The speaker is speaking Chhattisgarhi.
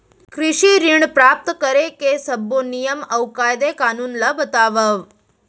कृषि ऋण प्राप्त करेके सब्बो नियम अऊ कायदे कानून ला बतावव?